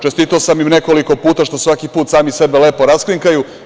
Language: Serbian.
Čestitao sam im nekoliko puta što svaki put samo sebe lepo raskrinkaju.